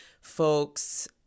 folks